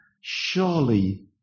Surely